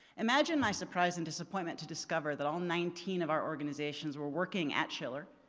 imagine my surprise and disappointment to discover that all nineteen of our organizations were working at schiller.